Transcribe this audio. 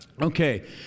Okay